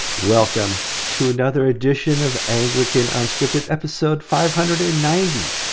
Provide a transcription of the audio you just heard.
welcome to another edition of anglican unscripted, episode five hundred and ninety.